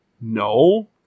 No